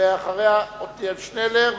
ואחריה, חבר הכנסת עתניאל שנלר.